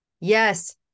Yes